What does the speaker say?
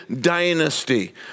dynasty